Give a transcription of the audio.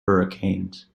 hurricanes